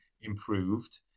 improved